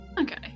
Okay